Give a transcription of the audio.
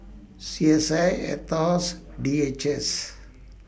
C S I Aetos D H S